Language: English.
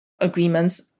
agreements